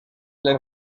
les